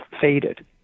faded